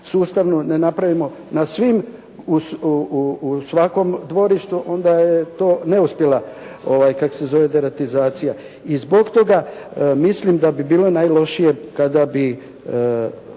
sustavno ne napravimo na svim u svakom dvorištu, onda je to neuspjela deratizacija. I zbog toga mislim da bi bilo najlošije kada bi